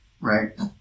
Right